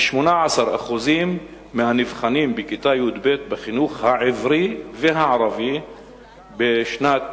כ-18% מהנבחנים בכיתה י"ב בחינוך העברי והערבי בשנת